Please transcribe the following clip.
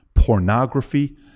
Pornography